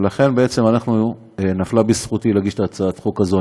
לכן נפלה לידי הזכות להגיש את הצעת החוק הזאת.